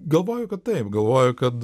galvoju kad taip galvoju kad